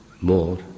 more